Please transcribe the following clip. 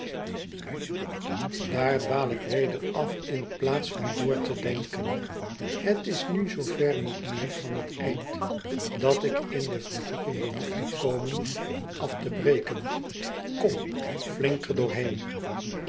daar dwaal ik weder af in plaats van door te denken het is nu zoo ver niet meer van het eind dat ik in de verzoeking behoef te komen van af te breken kom flink